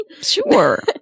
Sure